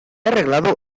arreglado